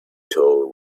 tall